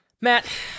Matt